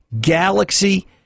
Galaxy